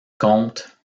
compte